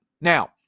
Now